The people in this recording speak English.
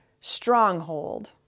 stronghold